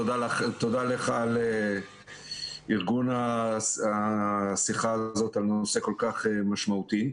תודה לך על ארגון השיחה הזאת על נושא כל-כך משמעותי.